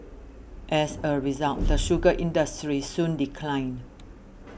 as a result the sugar industry soon declined